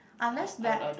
unless